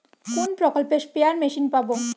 কোন প্রকল্পে spare machine পাব?